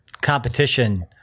competition